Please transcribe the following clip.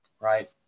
Right